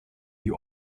die